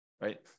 right